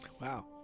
Wow